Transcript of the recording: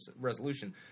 resolution